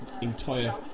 entire